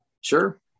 sure